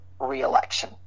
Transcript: reelection